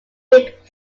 bit